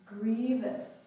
grievous